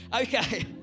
okay